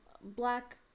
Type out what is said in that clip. black